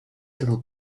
little